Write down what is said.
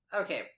Okay